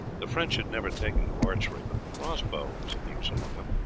the french had never taken to archery, but the cross-bow was in use among them,